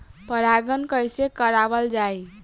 परागण कइसे करावल जाई?